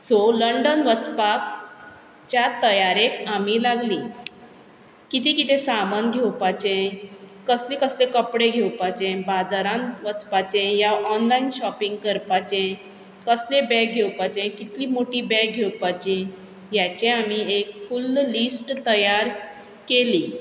so London वचपाकच्या तयारेक आमी लागली कितें कितें सामान घेवपाचें कसलें कसलें कपडे घेवपाचे बाजारान वचपाचें या ऑनलायन शॉपींग करपाचें कसलें बॅग घेवपाचें कितली मोटी बॅग घेवपाची ह्याचें आमी एक फुल्ल लिस्ट तयार केली